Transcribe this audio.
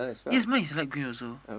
it's mine is light green also